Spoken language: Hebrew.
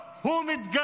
זה לא שלטון חוק.